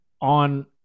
on